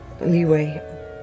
leeway